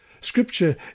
Scripture